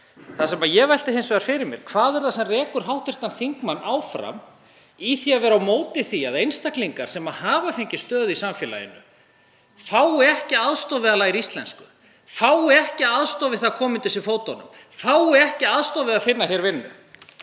hætti. Ég velti hins vegar fyrir mér: Hvað er það sem rekur hv. þingmann áfram í því að vera á móti því að einstaklingar sem hafa fengið stöðu í samfélaginu fái aðstoð við að læra íslensku, fái aðstoð við að koma undir sig fótunum, fái aðstoð við að finna hér vinnu?